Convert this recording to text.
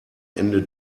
ende